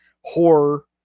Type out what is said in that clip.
horror